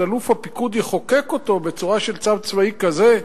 אז אלוף הפיקוד יחוקק אותו בצורה של צו צבאי כזה.